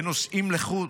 ונוסעים לחו"ל,